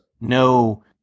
no